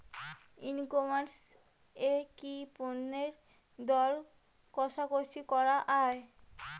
ই commerce এ কি পণ্যের দর কশাকশি করা য়ায়?